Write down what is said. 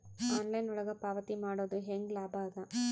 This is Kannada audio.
ಆನ್ಲೈನ್ ಒಳಗ ಪಾವತಿ ಮಾಡುದು ಹ್ಯಾಂಗ ಲಾಭ ಆದ?